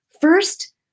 First